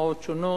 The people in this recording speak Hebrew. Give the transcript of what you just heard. הוראות שונות),